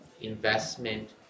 investment